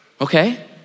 okay